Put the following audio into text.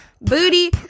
booty